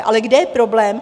Ale kde je problém?